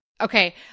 Okay